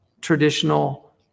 traditional